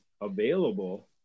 available